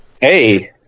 Hey